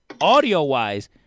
audio-wise